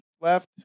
left